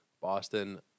Boston